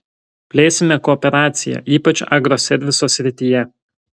plėsime kooperaciją ypač agroserviso srityje